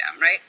right